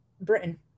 Britain